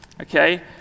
Okay